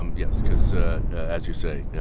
um yes, because, ah as you say, yeah